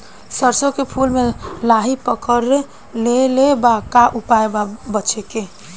सरसों के फूल मे लाहि पकड़ ले ले बा का उपाय बा बचेके?